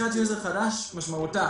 פתיחת user חדש משמעותה